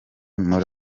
muri